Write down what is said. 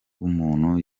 rw’umuntu